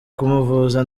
kumuvuza